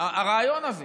הרעיון הזה